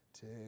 Take